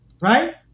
Right